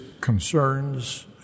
concerns